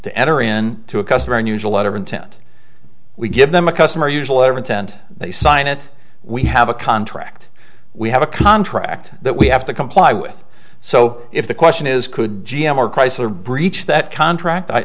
to enter in to a customer unusual lot of intent we give them a customer usually or intent they sign it we have a contract we have a contract that we have to comply with so if the question is could g m or chrysler breach that contract i